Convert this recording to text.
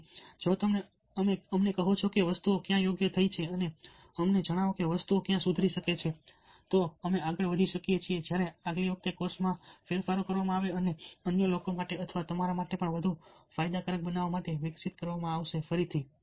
તેથી જો તમે અમને કહો કે વસ્તુઓ ક્યાં યોગ્ય થઈ છે અને અમને જણાવો કે વસ્તુઓ ક્યાં સુધરી શકે છે તો અમે આગળ વધી શકીએ છીએ જ્યારે આગલી વખતે કોર્સમાં ફેરફારો કરવામાં અને અન્ય લોકો માટે અથવા તમારા માટે પણ વધુ ફાયદાકારક બનાવવા માટે વિકસિત કરવામાં આવશે ફરીથી